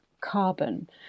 carbon